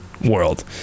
world